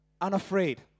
Unafraid